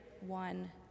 one